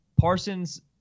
parsons